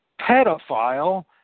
pedophile